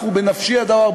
בנפשי הדבר.